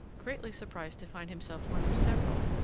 greatly surprised to find himself one of several,